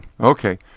Okay